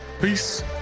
Peace